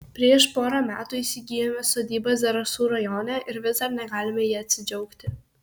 prieš porą metų įsigijome sodybą zarasų rajone ir vis dar negalime ja atsidžiaugti